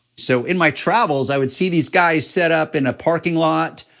so in my travels, i would see these guys set up in a parking lot,